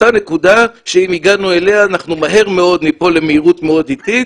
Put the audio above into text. אותה נקודה שאם הגענו אליה אנחנו מהר מאוד ניפול למהירות מאוד איטית